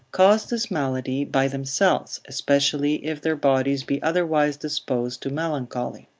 cause this malady by themselves, especially if their bodies be otherwise disposed to melancholy.